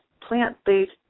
plant-based